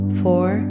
four